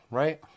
right